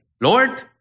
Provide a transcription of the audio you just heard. Lord